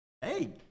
Hey